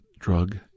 drug